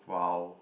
!wow!